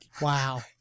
Wow